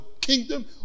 kingdom